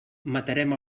matarem